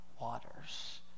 waters